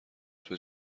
قطب